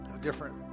different